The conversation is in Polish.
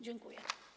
Dziękuję.